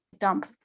dump